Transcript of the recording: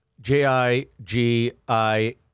J-I-G-I-